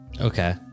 Okay